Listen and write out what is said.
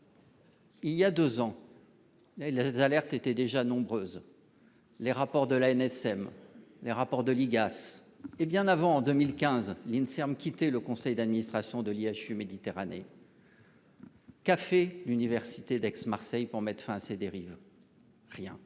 Il y a 2 ans. Les alertes étaient déjà nombreuses. Les rapports de l'ANSM. Le rapport de l'IGAS et bien avant. En 2015, l'INSERM quitter le conseil d'administration de l'IHU Méditerranée. Café, l'université d'Aix-Marseille pour mettre fin à ces dérives. Rien.